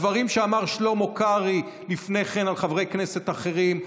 הדברים שאמר שלמה קרעי לפני כן על חברי כנסת אחרים,